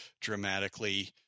dramatically